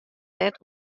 net